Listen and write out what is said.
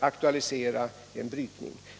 aktualisera en brytning av.